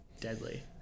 deadly